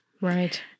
Right